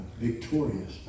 victorious